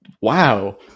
Wow